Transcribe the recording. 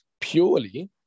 Purely